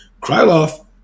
Krylov